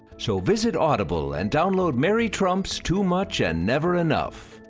so visit audible and download mary trump's too much and never enough.